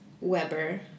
Weber